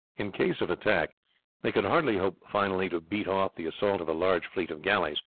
in case of attack they could hardly hope finally to beat off the assault of a large fleet of galleys,